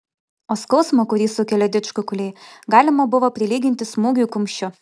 o skausmą kurį sukelia didžkukuliai galima buvo prilyginti smūgiui kumščiu